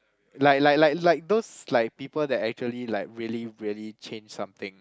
like like like those like people that actually like really really change something